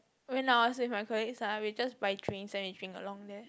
when I was with my colleagues ah we just buy drinks then we drink along there